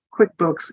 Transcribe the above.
QuickBooks